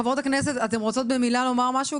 חברות הכנסת, אתן רוצות לומר משהו במילה?